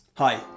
Hi